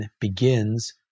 begins